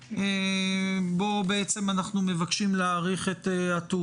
בו אנחנו בעצם מבקשים להאריך את תוקף